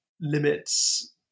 limits